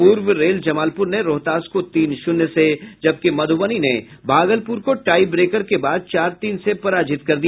पूर्व रेल जमालपुर ने रोहतास को तीन शून्य से जबकि मधुबनी ने भागलपुर को टाई ब्रेकर के बाद चार तीन से पराजित कर दिया